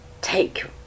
take